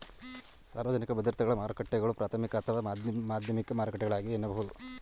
ಸಾರ್ವಜನಿಕ ಭದ್ರತೆಗಳ ಮಾರುಕಟ್ಟೆಗಳು ಪ್ರಾಥಮಿಕ ಅಥವಾ ಮಾಧ್ಯಮಿಕ ಮಾರುಕಟ್ಟೆಗಳಾಗಿವೆ ಎನ್ನಬಹುದು